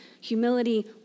humility